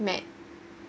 met